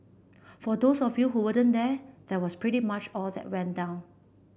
for those of you who wouldn't there that was pretty much all that went down